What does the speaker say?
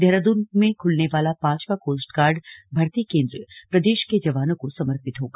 देहरादून में खुलने वाला पांचवां कोस्टगार्ड भर्ती केन्द्र प्रदेश के जवानों को समर्पित होगा